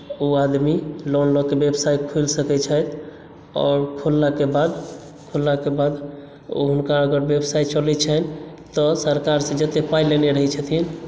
ओ आदमी लोन लऽ कऽ व्यवसाय खोलि सकैत छथि आओर खोललाके बाद खोललाके बाद ओ हुनका अगर व्यवसाय चलैत छनि तऽ सरकारसँ जतेक पाइ लेने रहैत छथिन